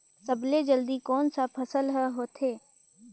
सबले जल्दी कोन सा फसल ह होथे?